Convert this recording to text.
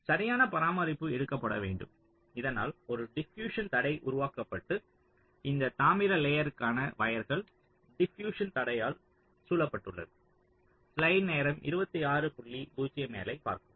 சரியான பராமரிப்பு எடுக்கப்பட வேண்டும் இதனால் ஒரு டிபியுஸ்சன் தடை உருவாக்கப்பட்டு இந்த தாமிர லேயர்களான வயர்கள் டிபியுஸ்சன் தடையால் சூழப்பட்டுள்ளது